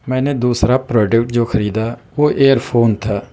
میں نے دوسرا پروڈکٹ جو خریدا وہ ایئر فون تھا